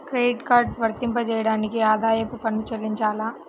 Credit card వర్తింపజేయడానికి ఆదాయపు పన్ను చెల్లించాలా?